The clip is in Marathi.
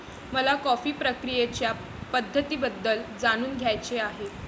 मला कॉफी प्रक्रियेच्या पद्धतींबद्दल जाणून घ्यायचे आहे